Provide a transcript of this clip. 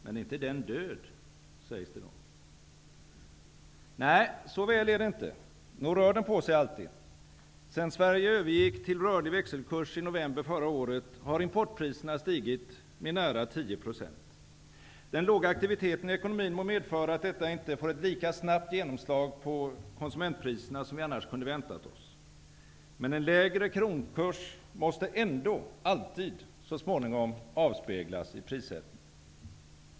Men är inte den död? sägs det då. Nej, så väl är det inte. Nog rör den på sig alltid. Sedan Sverige övergick till rörlig växelkurs i november förra året har importpriserna stigit med nära 10 procent. Den låga aktiviteten i ekonomin må medföra att detta inte får ett lika snabbt genomslag på konsumentpriserna som vi annars kunde väntat oss. Men en lägre kronkurs måste ändå alltid så småningom avspeglas i prissättningen.